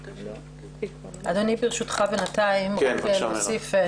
אדוני, ברשותך, בינתיים, רק להוסיף.